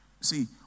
See